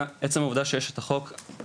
מעצם העובדה שהחוק הזה קיים,